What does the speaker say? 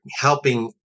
helping